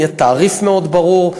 יהיה תעריף מאוד ברור,